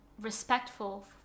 respectful